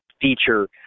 feature